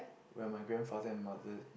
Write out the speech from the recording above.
where my grandfather and mother